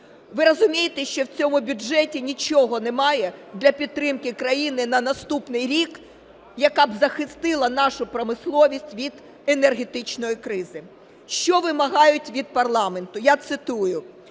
Ви розумієте, що в цьому бюджеті нічого немає для підтримки країни на наступний рік, яка б захистила нашу промисловість від енергетичної кризи? Що вимагають від парламенту. Я цитую: